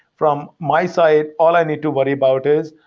from my side, all i need to worry about is,